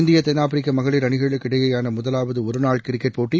இந்திய தென்னாப்பிரிக்க மகளிர் அணிகளுக்கிடையிலான முதலாவது ஒருநாள் கிரிக்கெட் போட்டி